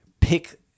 pick